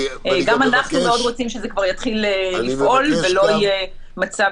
גם אנחנו מאוד רוצים שזה כבר יתחיל לפעול ולא יהיה מצב